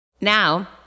Now